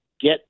get